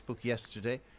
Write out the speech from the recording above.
yesterday